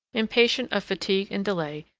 impatient of fatigue and delay,